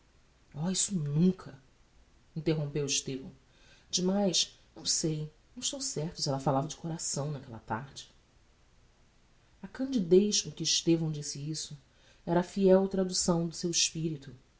isso nunca interrompeu estevão demais não sei não estou certo se ella falava de coração naquella tarde a candidez com que estevão disse isto era a fiel traducção de seu espirito